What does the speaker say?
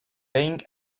being